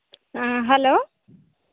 ᱦᱮᱸ ᱦᱮᱞᱳ